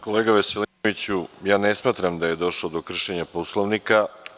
Kolega Veselinoviću, ja ne smatram da je došlo do kršenja Poslovnika.